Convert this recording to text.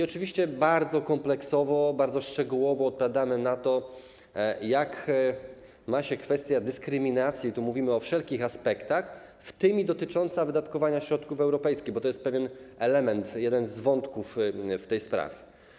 Oczywiście bardzo kompleksowo, bardzo szczegółowo odpowiadamy na pytanie o to, jak ma się kwestia dyskryminacji, bo tu mówimy o wszelkich aspektach, w tym i o tych dotyczących wydatkowania środków europejskich, bo to jest pewien element, jeden z wątków w tej sprawie.